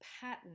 pattern